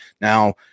now